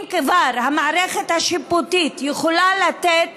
אם כבר המערכת השיפוטית יכולה לתת